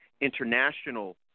international